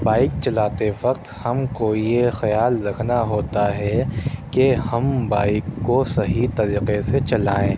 bike چلاتے وقت ہم کو یہ خیال رکھنا ہوتا ہے کہ ہم بائک کو صحیح طریقے سے چلائیں